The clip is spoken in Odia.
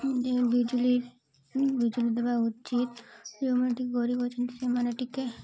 ଯେ ବିଜୁଳି ବିଜୁଳି ଦେବା ଉଚିତ୍ ଯେଉଁମାନେ ଟିକେ ଗରିବ୍ ଅଛନ୍ତି ସେମାନେ ଟିକେ